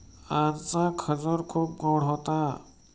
आजचा खजूर खूप गोड होता